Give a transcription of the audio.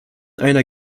einer